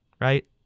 right